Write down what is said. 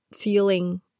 feeling